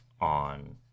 on